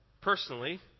personally